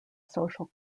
social